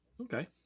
Okay